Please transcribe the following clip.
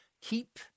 keep